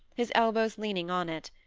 his elbows leaning on it.